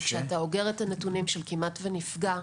כאשר אתה אוגר את הנתונים של "כמעט ונפגע"